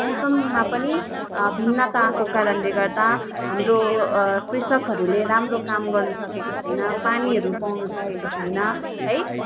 मौसममा पनि भिन्नता आएको कारणले गर्दा हाम्रो कृषकहरूले राम्रो काम गर्नु सकेको छैन पानीहरू पाउनु सकेको छैन है